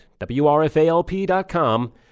WRFALP.com